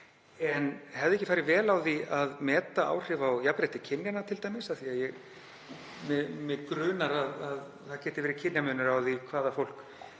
en hefði ekki farið vel á því að meta t.d. áhrif á jafnrétti kynjanna, af því að mig grunar að það geti verið kynjamunur á því hvaða fólk